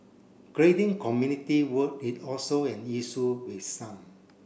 grading community work is also an issue with some